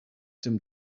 dem